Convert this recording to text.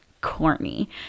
corny